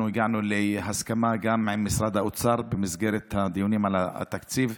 אנחנו הגענו להסכמה גם עם משרד האוצר במסגרת הדיונים על התקציב.